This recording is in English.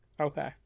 Okay